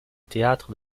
théâtre